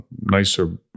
nicer